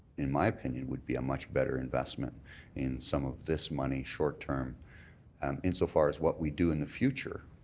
in my opinion, would be a much better investment in some of this money short-term insofar as what we do in the future,